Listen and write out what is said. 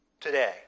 today